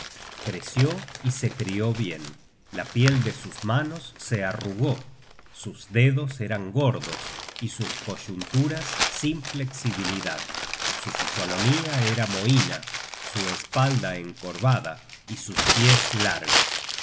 creció y se crió bien la piel de sus manos se arrugó sus dedos eran gordos y sus coyunturas sin flexibilidad su fisonomía era mollina su espalda encorvada y sus pies largos